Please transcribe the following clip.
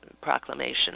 proclamation